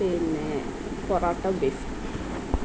പിന്നെ പൊറോട്ട ബിഫ്